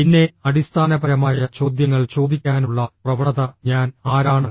പിന്നെ അടിസ്ഥാനപരമായ ചോദ്യങ്ങൾ ചോദിക്കാനുള്ള പ്രവണത ഞാൻ ആരാണ്